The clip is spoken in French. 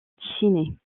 dessiner